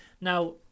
Now